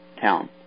town